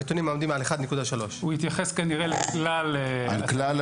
הנתונים עומדים על 1.3. הוא התייחס כנראה לכלל התלמידים,